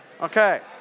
Okay